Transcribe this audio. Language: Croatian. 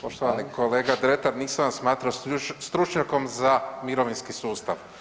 Poštovani kolega Dretar, nisam vas smatrao stručnjakom za mirovinski sustav.